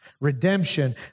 redemption